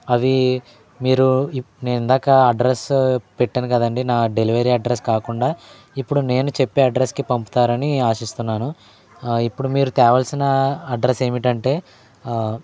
అవి మీరు నేను ఇందాక అడ్రస్ పెట్టాను కదండి నా డెలివరీ అడ్రస్ కాకుండా ఇప్పుడు నేను చెప్పే అడ్రస్కి పంపుతారని ఆశిస్తున్నాను ఇప్పుడు మీరు తేవలసిన అడ్రస్ ఏమిటంటే